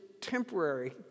temporary